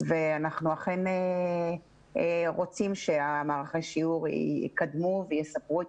ואנחנו אכן רוצים שמערכי השיעור יקדמו ויספרו את